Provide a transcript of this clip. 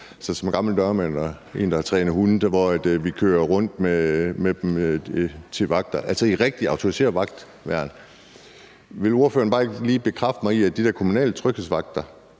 som gammel dørmand og en, der har trænet hunde, hvor vi kørte rundt med dem til vagter, altså rigtige autoriserede vagtværn. Vil ordføreren ikke bare lige bekræfte mig i, at den forsøgsordning med de der